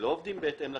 שלא עובדים בהתאם לתקן,